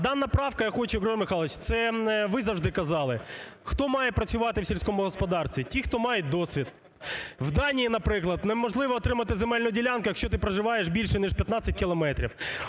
Михайлович, це ви завжди казали: хто має працювати в сільському господарстві – ті, хто має досвід. В Данії, наприклад, неможливо отримати земельну ділянку, якщо ти проживаєш більше ніж 15 кілометрів,